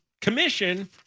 commission